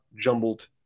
jumbled